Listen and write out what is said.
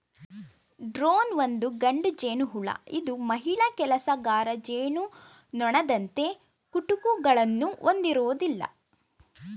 drone ಒಂದು ಗಂಡು ಜೇನುಹುಳು ಇದು ಮಹಿಳಾ ಕೆಲಸಗಾರ ಜೇನುನೊಣದಂತೆ ಕುಟುಕುಗಳನ್ನು ಹೊಂದಿರೋದಿಲ್ಲ